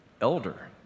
elder